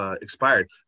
expired